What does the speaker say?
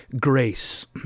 grace